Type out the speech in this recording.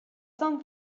sun